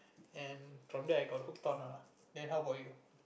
and from there I got hooked on err then how about you